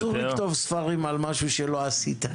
אסור לכתוב ספרים על משהו שלא עשית.